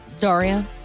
Daria